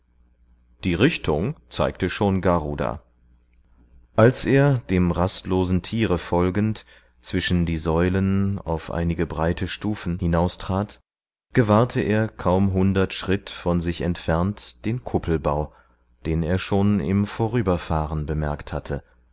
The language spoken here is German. die richtung zeigte schon garuda als er dem rastlosen tiere folgend zwischen die säulen auf einige breite stufen hinaustrat gewahrte er kaum hundert schritt von sich entfernt den kuppelbau den er schon im vorüberfahren bemerkt hatte